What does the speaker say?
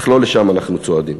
אך לא לשם אנחנו צועדים.